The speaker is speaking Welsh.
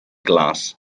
glas